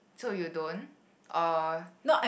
so you don't oh